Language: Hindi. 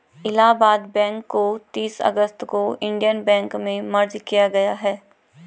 इलाहाबाद बैंक को तीस अगस्त को इन्डियन बैंक में मर्ज किया गया है